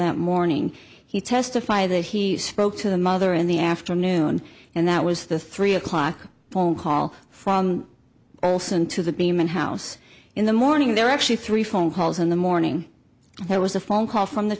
that morning he testify that he spoke to the mother in the afternoon and that was the three o'clock phone call from olsen to the beam and house in the morning there are actually three phone calls in the morning there was a phone call from the